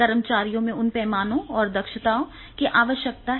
कर्मचारियों में उन पैमानों और दक्षताओं की क्या आवश्यकता है